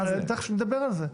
תיכף נדבר על זה.